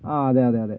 ആ അതെ അതെ അതെ